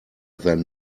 than